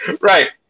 Right